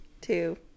two